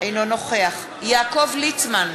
אינו נוכח יעקב ליצמן,